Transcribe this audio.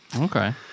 Okay